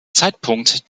zeitpunkt